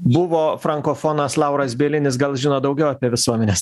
buvo frankofonas lauras bielinis gal žino daugiau apie visuomenes